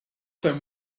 then